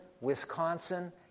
Wisconsin